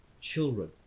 children